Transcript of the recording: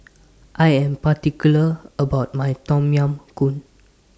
I Am particular about My Tom Yam Goong